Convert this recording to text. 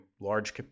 large